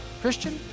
Christian